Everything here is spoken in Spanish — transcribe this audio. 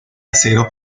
acero